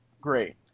great